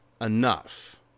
enough